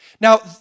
Now